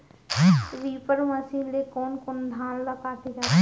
Reaper machine ले कोन कोन धान ल काटे जाथे?